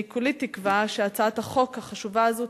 אני כולי תקווה שהצעת החוק החשובה הזאת